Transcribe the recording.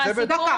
אבל הצוות --- לא,